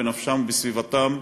בנפשם ובסביבתם,